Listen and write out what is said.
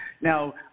Now